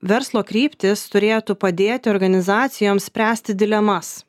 verslo kryptys turėtų padėti organizacijom spręsti dilemas